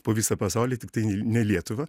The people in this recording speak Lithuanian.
po visą pasaulį tiktai ne lietuvą